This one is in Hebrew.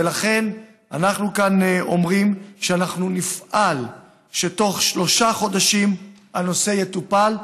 ולכן אנחנו כאן אומרים שנפעל לכך שבתוך שלושה חודשים הנושא יטופל,